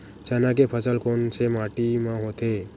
चना के फसल कोन से माटी मा होथे?